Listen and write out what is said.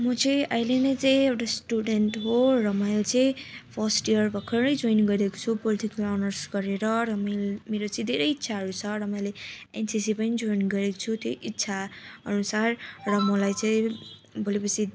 म चाहिँ अहिले नै चाहिँ एउटा स्टुडेन्ट हो र मैल चाहिँ फर्स्ट इयर भर्खरै जोइन गरेको छु पोलिटिकल अनर्स गरेर र मैल मेरो चाहिँ धेरै इच्छाहरू छ र मैले एनसिसी पनि जोइन गरेको छु त्यो इच्छा अनुसार र मलाई चाहिँ भोलि पर्सि